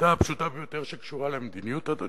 העובדה הפשוטה ביותר שקשורה למדיניות, אדוני,